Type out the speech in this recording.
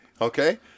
okay